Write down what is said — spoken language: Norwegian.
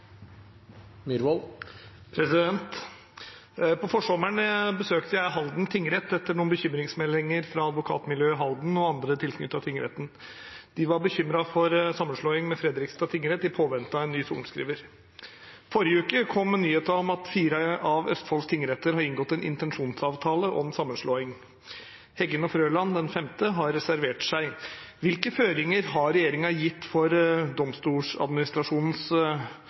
tingretten. De var bekymret for sammenslåing med Fredrikstad tingrett i påvente av en ny sorenskriver. Forrige uke kom nyheten om at fire av Østfolds tingretter har inngått en intensjonsavtale om sammenslåing. Heggen og Frøland tingrett, den femte tingretten, har reservert seg: «Hvilke føringer har regjeringen gitt for